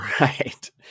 Right